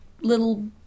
little